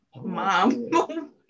mom